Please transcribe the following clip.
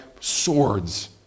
swords